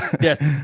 Yes